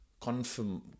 confirm